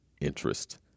interest